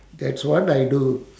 that's what I do